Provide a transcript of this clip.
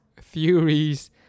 theories